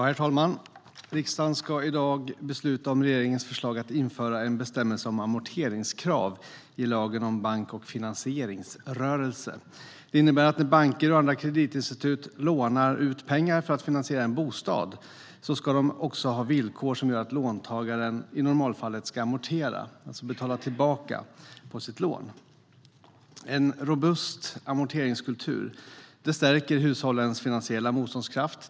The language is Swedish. Herr talman! Riksdagen ska i dag besluta om regeringens förslag att införa en bestämmelse om amorteringskrav i lagen om bank och finansieringsrörelse. Det innebär att när banker och andra kreditinstitut lånar ut pengar för att finansiera en bostad ska de också ha villkor som gör att låntagaren i normalfallet ska amortera - betala tillbaka - på sitt lån. En robust amorteringskultur stärker hushållens finansiella motståndskraft.